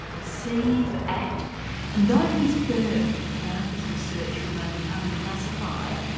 perceive, act and though he's firm about his research remaining unclassified,